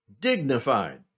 dignified